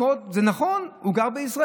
זה נכון, הוא גר בישראל.